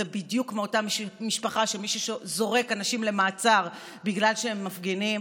זה בדיוק מאותה משפחה של מישהו שזורק אנשים למעצר בגלל שהם מפגינים.